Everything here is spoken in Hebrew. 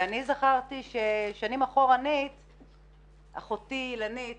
ואני זכרתי ששנים אחורנית אחותי אילנית